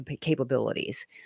capabilities